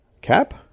Cap